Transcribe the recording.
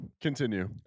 continue